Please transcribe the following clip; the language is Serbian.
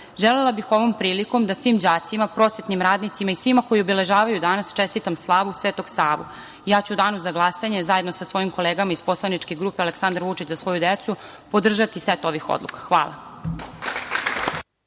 rad. Želela bih ovom prilikom da svim đacima, prosvetnim radnicima i svima koji obeležavaju danas čestitam slavu Svetog Savu. Ja ću u Danu za glasanje, zajedno sa svojim kolegama iz poslaničke grupe „Aleksandar Vučić – za našu decu“ podržati set ovih odluka. Hvala.